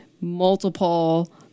multiple